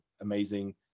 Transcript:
amazing